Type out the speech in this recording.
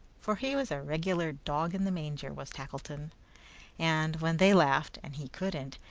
for he was a regular dog in the manger, was tackleton and, when they laughed and he couldn't,